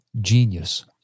genius